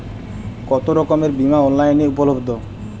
কতোরকমের বিমা অনলাইনে উপলব্ধ?